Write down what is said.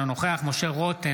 אינו נוכח משה רוט,